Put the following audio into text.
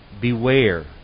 Beware